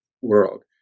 world